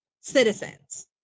citizens